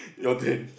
you all can